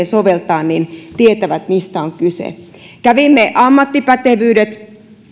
soveltaa tietävät mistä on kyse kävimme ammattipätevyydet